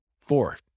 Four